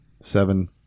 Seven